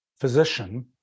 physician